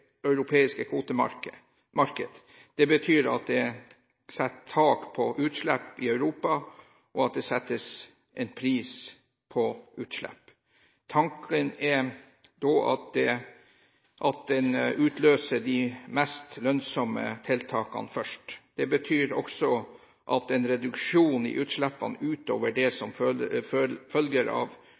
europeiske kvotemarkedet. Det betyr at det er satt tak på utslipp i Europa, og at det settes en pris på utslipp. Tanken er at en utløser de mest lønnsomme tiltakene først. Det betyr også at en reduksjon i utslippene utover det som følger av